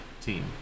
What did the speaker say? Team